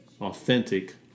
authentic